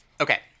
Okay